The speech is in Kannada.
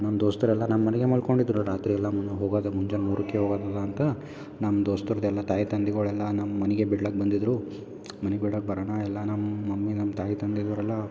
ನನ್ನ ದೋಸ್ತರೆಲ್ಲ ನಮ್ಮ ಮನೆಗೆ ಮಲ್ಕೊಂಡಿದ್ರು ರಾತ್ರಿಯೆಲ್ಲ ಮುನ್ನ ಹೋಗುವಾಗ ಮುಂಜಾನೆ ಮೂರುಕ್ಕೆ ಹೋಗೊದದ ಅಂತ ನಮ್ಮ ದೋಸ್ತರದೆಲ್ಲ ತಾಯಿ ತಂದೆಗಳೆಲ್ಲ ನಮ್ಮ ಮನೆಗೆ ಬಿಡ್ಲಕ್ಕೆ ಬಂದಿದ್ರು ಮನೆಗ್ ಬಿಡೋಕ್ ಬರೋಣ ಎಲ್ಲ ನಮ್ಮ ಮಮ್ಮಿ ನಮ್ಮ ತಾಯಿ ತಂದೆ ಅವರೆಲ್ಲ